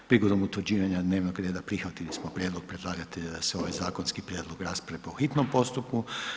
Prigodom utvrđivanja dnevnog reda prihvatili smo prijedlog predlagatelja da se ovaj zakonski prijedlog raspravi po hitnom postupku.